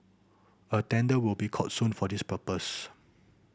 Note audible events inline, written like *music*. a tender will be called soon for this purpose *noise*